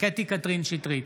קטי קטרין שטרית,